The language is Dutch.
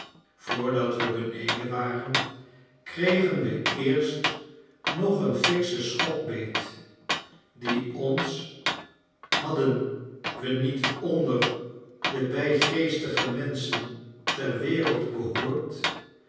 voordat we beneden waren kregen we eerst nog een fikschen schok beet die ons hadden we niet onder de blijgeestige menschen ter wereld behoord